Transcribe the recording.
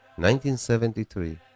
1973